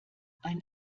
ein